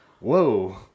Whoa